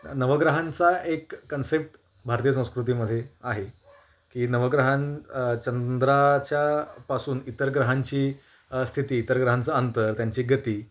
नवग्रहांचा एक कन्सेप्ट भारतीय संस्कृतीमध्ये आहे की नवग्रहान चंद्राच्यापासून इतर ग्रहांची स्थिती इतर ग्रहांचं अंतर त्यांची गती